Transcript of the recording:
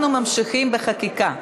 אנחנו ממשיכים בחקיקה.